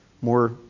more